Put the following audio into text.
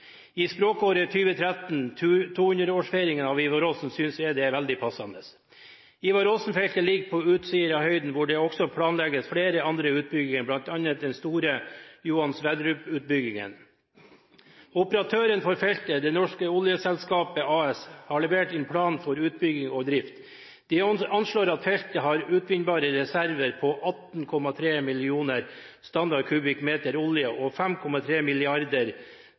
I språkåret 2013 – med 200 årsfeiringen av Ivar Aasen – synes jeg det er veldig passende. Ivar Aasen-feltet ligger på Utsirahøyden, hvor det også planlegges flere andre utbygginger, bl.a. den store Johan Sverdrup-utbyggingen. Operatøren for feltet, Det norske oljeselskap AS, har levert en plan for utbygging og drift. De anslår at feltet har utvinnbare reserver på 18,3 millioner Sm3 olje og 5,3 milliarder